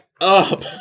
up